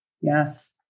Yes